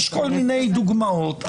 יש כל מיני דוגמאות.